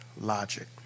logic